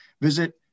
visit